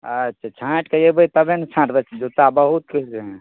अच्छा छाँटिके अएबै तभे ने छाँटबै जुत्ता बहुत छै